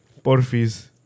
Porfis